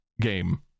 game